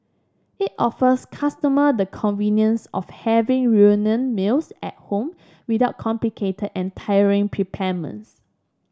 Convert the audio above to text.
it offers customer the convenience of having reunion meals at home without complicated and tiring